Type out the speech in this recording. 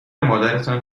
مادرتان